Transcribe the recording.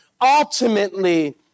ultimately